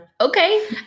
Okay